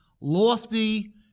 lofty